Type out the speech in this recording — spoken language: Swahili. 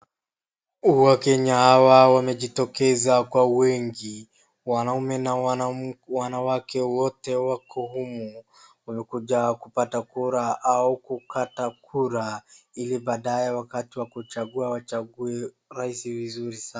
Wakenya hawa wamejitokeza kwa wingi, wanaume na wanawake wote wako humu, walikuja kupata kura au kukata kura ili baadae wakati wa kuchagua wachague rais vizuri sana.